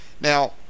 Now